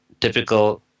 typical